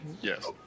Yes